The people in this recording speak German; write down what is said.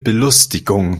belustigung